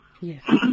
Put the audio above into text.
Yes